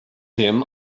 him